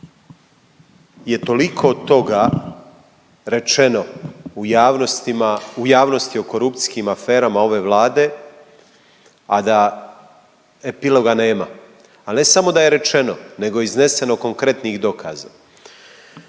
je toliko toga rečeno u javnosti o korupcijskim aferama ove Vlade, a da epiloga nema i ne samo da je izrečeno nego je izneseno konkretnih dokaza.